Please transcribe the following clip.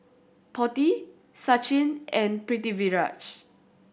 Potti Sachin and Pritiviraj